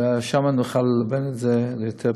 ושם נוכל ללבן את זה עם יותר פרטים.